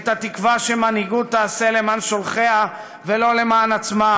את התקווה שמנהיגות תעשה למען שולחיה ולא למען עצמה,